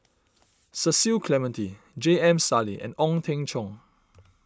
Cecil Clementi J M Sali and Ong Teng Cheong